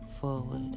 forward